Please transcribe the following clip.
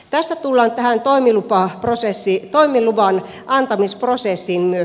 tässä tullaan tähän toimiluvan antamisprosessiin myös